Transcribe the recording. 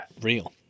real